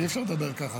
אי-אפשר לדבר ככה.